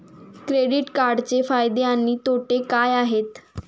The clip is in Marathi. क्रेडिट कार्डचे फायदे आणि तोटे काय आहेत?